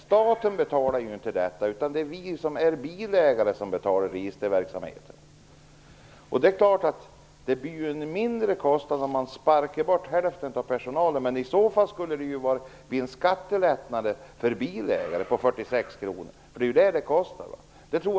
Staten betalar inte detta, utan det är vi bilägare som betalar registerverksamheten. Det är klart att det blir en mindre kostnad om man sparkar bort hälften av personalen, men i så fall skulle det bli en skattelättnad på 46 kr för en bilägare. Det är vad det kostar.